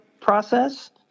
process